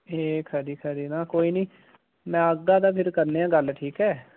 एह् खरी खरी तां कोई नी में औगा ते फिर करनेआं गल्ल ठीक ऐ